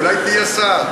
בבקשה.